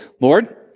Lord